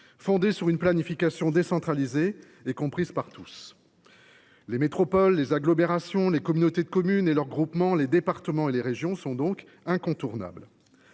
fondée sur une planification décentralisée et comprise par tous. Les métropoles, les agglomérations, les communautés de communes et leurs groupements, les départements et les régions sont donc incontournables.